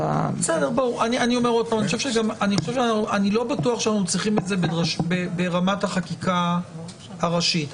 אני לא בטוח שאנחנו צריכים את זה ברמת החקיקה הראשית.